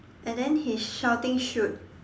and then he's shouting shoot